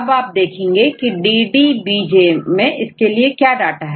आप आप देखेंगे कीDDBJ मैं इसके लिए क्या डाटा है